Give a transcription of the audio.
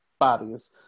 bodies